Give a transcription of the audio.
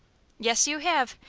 yes, you have.